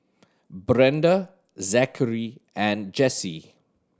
Brenda Zakary and Jessye